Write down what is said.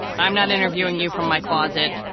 i'm not interviewing you from my closet.